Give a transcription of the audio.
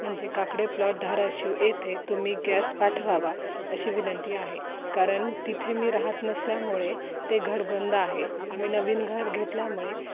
म्हणजे काकडे प्लॉट धाराशिव येथे तुम्ही गॅस पाठवावा अशी विनंती आहे कारण तिथे मी राहात नसल्यामुळे ते घर बंद आहे आम्ही नवीन घर घेतल्यामुळे